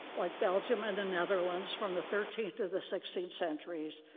like belgium and the netherlands, from the thirteenth to the sixteenth centuries.